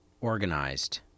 organized